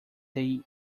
they